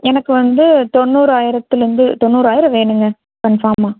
எனக்கு வந்து தொண்ணூராயிரத்திலேருந்து தொண்ணுறாயிரம் வேணுங்க கன்ஃபார்மா